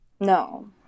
No